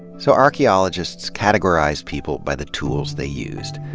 so archaeologists categorized people by the tools they used,